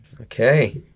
Okay